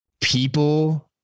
people